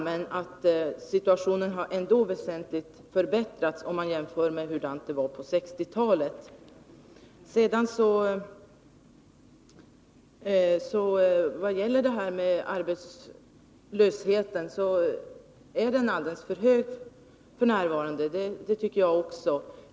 Men situationen har ändå väsentligt förbättrats om man jämför med hur det var på 1960-talet. Arbetslösheten är alldeles för hög f. n. Det tycker jag också.